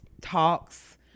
talks